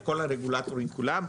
את כל הרגולטורים כולם,